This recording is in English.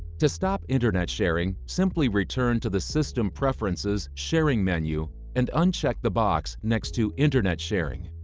to stop internet sharing, simply return to the system preferences sharing menu and uncheck the box next to internet sharing.